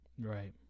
right